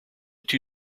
two